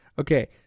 Okay